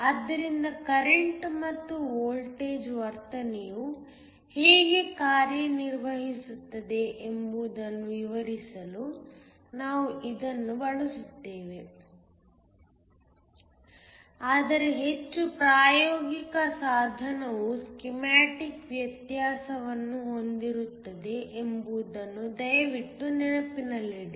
ಆದ್ದರಿಂದ ಕರೆಂಟ್ ಮತ್ತು ವೋಲ್ಟೇಜ್ ವರ್ತನೆಯು ಹೇಗೆ ಕಾರ್ಯನಿರ್ವಹಿಸುತ್ತದೆ ಎಂಬುದನ್ನು ವಿವರಿಸಲು ನಾವು ಇದನ್ನು ಬಳಸುತ್ತೇವೆ ಆದರೆ ಹೆಚ್ಚು ಪ್ರಾಯೋಗಿಕ ಸಾಧನವು ಸ್ಕೀಮ್ಯಾಟಿಕ್ ವ್ಯತ್ಯಾಸವನ್ನು ಹೊಂದಿರುತ್ತದೆ ಎಂಬುದನ್ನು ದಯವಿಟ್ಟು ನೆನಪಿನಲ್ಲಿಡಿ